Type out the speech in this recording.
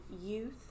youth